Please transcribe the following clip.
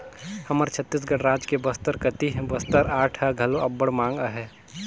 हमर छत्तीसगढ़ राज के बस्तर कती के बस्तर आर्ट ह घलो अब्बड़ मांग अहे